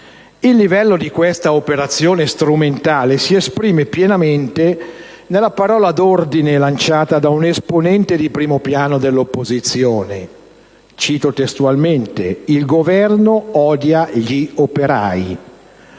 Il livello di questa operazione strumentale si esprime pienamente nella parola d'ordine lanciata da un esponente di primo piano dell'opposizione. Cito testualmente: «Il Governo odia gli operai».